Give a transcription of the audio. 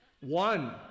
one